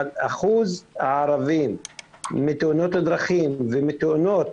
אבל אחוז הערבים בתאונות הדרכים ובתאונות